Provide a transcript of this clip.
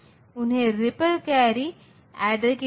तो हमें 4 x के बराबर 3 y मिला है